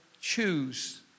choose